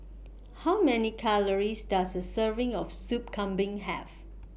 How Many Calories Does A Serving of Soup Kambing Have